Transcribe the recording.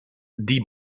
die